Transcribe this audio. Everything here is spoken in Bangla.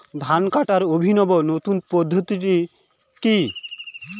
ধান কাটার অভিনব নতুন পদ্ধতিটি কি?